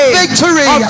victory